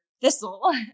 thistle